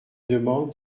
demande